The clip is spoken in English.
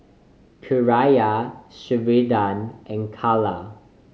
Kierra Sheridan and Kala